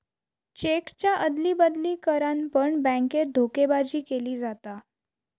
चेकच्या अदली बदली करान पण बॅन्केत धोकेबाजी केली जाता